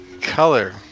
color